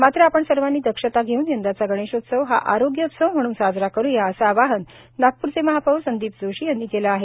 मात्र आपण सर्वांनी दक्षता घेउन यंदाचा गणेशोत्सव हा आरोग्योत्सव म्हणून करूया असे आवाहन नागपूरचे महापौर संदीप जोशी यांनी केले आहे